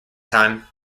time